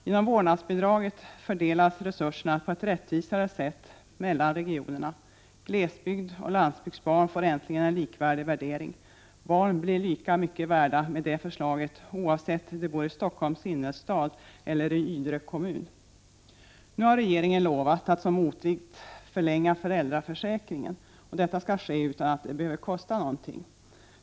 Genom vårdnadsbidraget fördelas resurserna på ett rättvisare sätt mellan regionerna; glesbygdsoch landsbygdsbarn får äntligen en likvärdig värdering. Barn blir lika mycket värda med det förslaget, oavsett om de bor i Stockholms innerstad eller i Ydre kommun. Nu har regeringen lovat att som motvikt förlänga föräldraförsäkringen, och detta skall ske utan att det behöver kosta någonting.